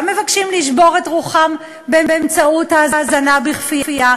גם מבקשים לשבור את רוחם באמצעות ההזנה בכפייה,